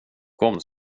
kom